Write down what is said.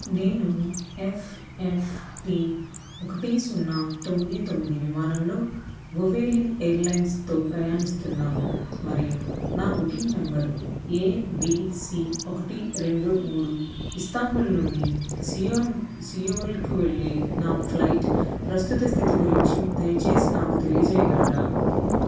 నేను F F T ఒకటి సున్నా తొమ్మిది తొమ్మిది విమానంలో వువెలింగ్ ఎయిర్లైన్స్తో ప్రయాణిస్తున్నాను మరియు నా booking number A B C ఒకటి రెండు మూడు ఇస్తాంబుల్ నుండి సియోన్ సియోల్కు వెళ్లే నా ఫ్లైట్ ప్రస్తుత స్థితి గురించి దయచేసి నాకు తెలియజేయగలరా